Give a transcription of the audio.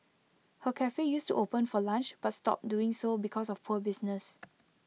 her Cafe used to open for lunch but stopped doing so because of poor business